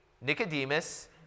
Nicodemus